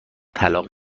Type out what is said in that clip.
طلاق